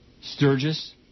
Sturgis